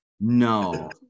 No